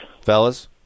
Fellas